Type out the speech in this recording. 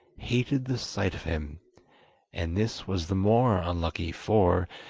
hated the sight of him and this was the more unlucky for,